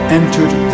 entered